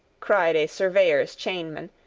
cried a surveyor's chainman,